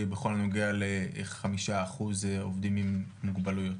בכל הנוגע לחמישה אחוז עובדים עם מוגבלויות.